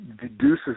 deduces